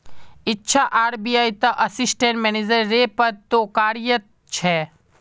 इच्छा आर.बी.आई त assistant manager रे पद तो कार्यरत छे